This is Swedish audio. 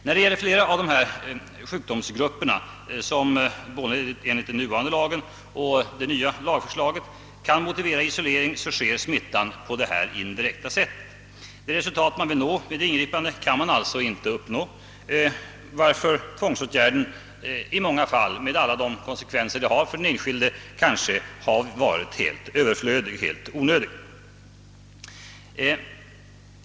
När det gäller många av de sjukdomsgrupper som enligt både den nuvarande lagen och det nya lagförslaget skall motivera isolering, sker smittan på detta indirekta sätt. Det resultat man vill åstadkomma genom ingripandet kan man alltså inte uppnå, varför tvångsåtgärder med alla de konsekvenser som de har för den enskilde i många fall kanske varit onödiga.